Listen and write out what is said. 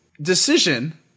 decision